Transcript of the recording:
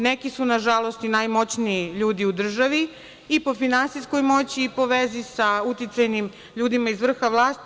Neki su, nažalost, i najmoćniji ljudi u državi i po finansijskoj moći i po vezi sa uticajnim ljudima iz vrha vlasti.